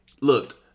Look